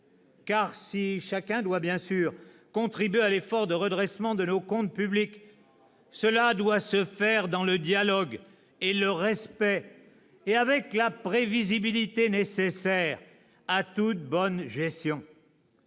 car, si chacun doit bien sûr contribuer à l'effort de redressement de nos comptes publics, cela doit se faire dans le dialogue et le respect, et avec la prévisibilité nécessaire à toute bonne gestion.